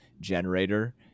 generator